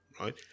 right